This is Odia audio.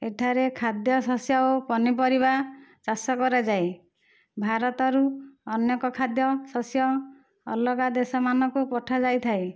ଏଠାରେ ଖାଦ୍ୟଶସ୍ୟ ଆଉ ପନିପରିବା ଚାଷ କରାଯାଏ ଭାରତରୁ ଅନେକ ଖାଦ୍ୟ ଶସ୍ୟ ଅଲଗା ଦେଶମାନଙ୍କୁ ପଠାଯାଇଥାଏ